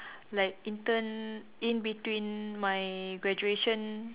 like intern in between my graduation